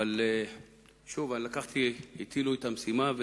אבל שוב הטילו את המשימה,